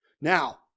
Now